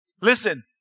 Listen